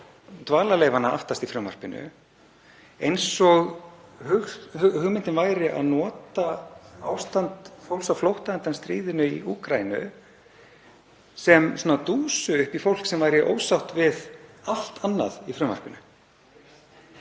dvalarleyfi aftast í frumvarpinu eins og hugmyndin væri að nota ástand fólks á flótta undan stríði í Úkraínu sem svona dúsu upp í fólk sem væri ósátt við allt annað í frumvarpinu.